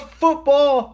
football